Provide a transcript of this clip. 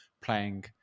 playing